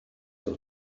oedd